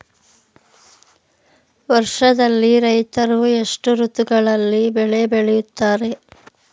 ವರ್ಷದಲ್ಲಿ ರೈತರು ಎಷ್ಟು ಋತುಗಳಲ್ಲಿ ಬೆಳೆ ಬೆಳೆಯುತ್ತಾರೆ?